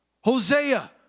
Hosea